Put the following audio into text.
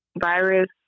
virus